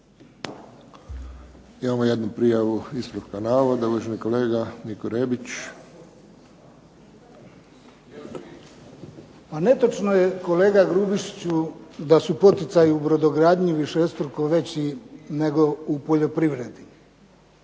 Imamo jednu prijavu ispravka navoda, uvaženi kolega Niko Rebić. **Rebić, Niko (HDZ)** Pa netočno je kolega Grubišiću da su poticaji u brodogradnji višestruko veći nego u poljoprivredi,